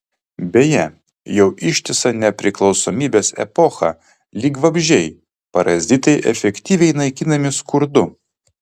beje jau ištisą nepriklausomybės epochą lyg vabzdžiai parazitai efektyviai naikinami skurdu